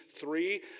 three